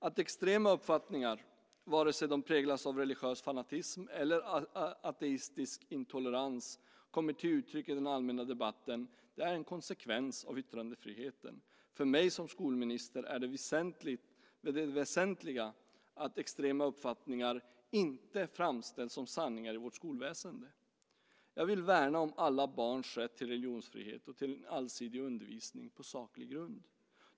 Att extrema uppfattningar, vare sig de präglas av religiös fanatism eller ateistisk intolerans, kommer till uttryck i den allmänna debatten är en konsekvens av yttrandefriheten. För mig som skolminister är det väsentliga att extrema uppfattningar inte framställs som sanningar i vårt skolväsende. Jag vill värna om alla barns rätt till religionsfrihet och till en allsidig undervisning på saklig grund.